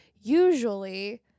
usually